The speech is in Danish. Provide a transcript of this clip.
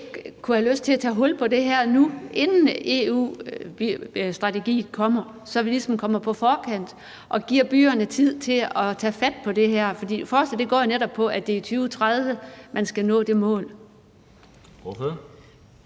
kunne have lyst til at tage hul på det her nu, inden EU's strategi kommer, så vi ligesom kommer på forkant og giver byerne tid til at tage fat på det her? For forslaget går jo netop på, at det er i 2030, man skal nå det mål.